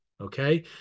Okay